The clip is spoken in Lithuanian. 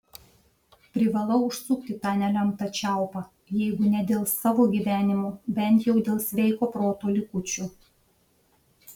privalau užsukti tą nelemtą čiaupą jeigu ne dėl savo gyvenimo bent jau dėl sveiko proto likučių